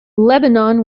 lebanon